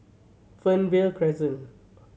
Fernvale Crescent